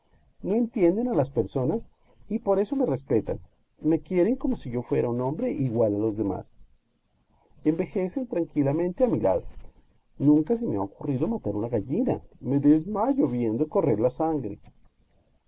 no entienden a las personas y por eso me respetan me quieren como si yo fuera un hombre igual a los demás envejecen tranquilamente a mi lado nunca se me ha ocurrido matar una gallina me desmayo viendo correr la sangre